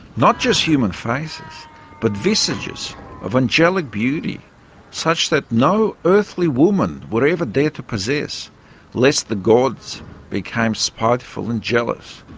not just human faces but visages of angelic beauty such that no earthly woman would ever dare to possess lest the gods became spiteful and jealous.